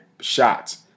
shots